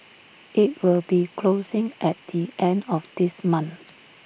IT will be closing at the end of this month